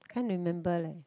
can't remember leh